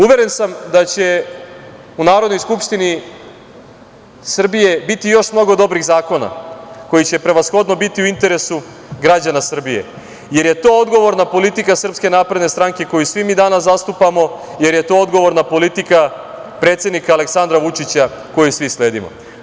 Uveren sam da će u Narodnoj skupštini Srbije biti još mnogo dobrih zakona koji će prevashodno biti u interesu građana Srbije, jer je to odgovorna politika SNS, koju svi mi danas zastupamo, jer je to odgovorna politika predsednika Aleksandra Vučića koju svi sledimo.